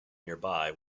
nearby